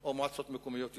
או של מועצות מקומיות יהודיות.